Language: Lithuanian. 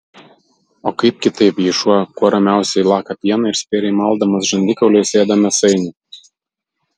o kaip kitaip jei šuo kuo ramiausiai laka pieną ir spėriai maldamas žandikauliais ėda mėsainį